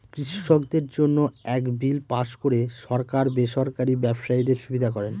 কৃষকদের জন্য এক বিল পাস করে সরকার বেসরকারি ব্যবসায়ীদের সুবিধা করেন